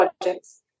projects